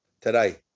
today